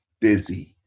busy